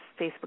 Facebook